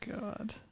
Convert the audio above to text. God